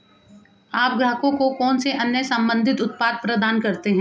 आप ग्राहकों को कौन से अन्य संबंधित उत्पाद प्रदान करते हैं?